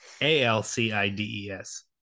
A-L-C-I-D-E-S